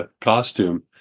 costume